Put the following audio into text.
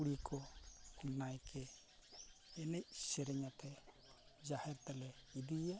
ᱠᱩᱲᱤ ᱠᱚ ᱱᱟᱭᱠᱮ ᱮᱱᱮᱡ ᱥᱮᱨᱮᱧᱟᱛᱮ ᱡᱟᱦᱮᱨ ᱛᱮᱞᱮ ᱤᱫᱤᱭᱟ